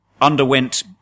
underwent